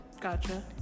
Gotcha